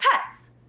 pets